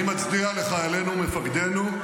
אני מצדיע לחיילינו ולמפקדינו,